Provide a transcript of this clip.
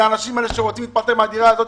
לאנשים האלה שרוצים להיפטר מהדירה הזאת,